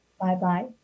Bye-bye